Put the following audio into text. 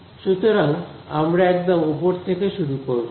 সুতরাং আমরা একদম ওপর থেকে শুরু করব